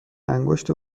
انگشت